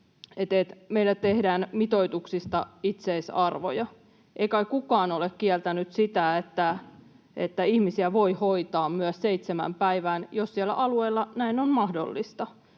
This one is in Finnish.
meillä tehdään mitoituksista itseisarvoja. Ei kai kukaan ole kieltänyt sitä, että ihmisiä voi hoitaa myös seitsemään päivään, jos siellä alueella näin on mahdollista.